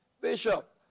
Bishop